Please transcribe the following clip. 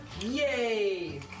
Yay